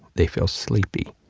they feel sleepy.